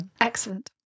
excellent